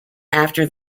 after